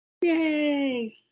Yay